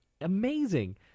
amazing